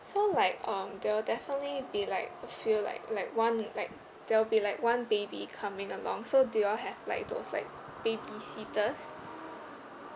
so like um they'll definitely be like a few like like one like there'll be like one baby coming along so do you all have like those like baby seaters